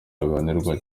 abihanirwa